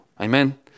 Amen